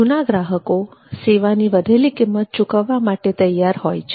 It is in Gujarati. જુના ગ્રાહકો સેવાની વધેલી કિંમત ચૂકવવા માટે તૈયાર હોય છે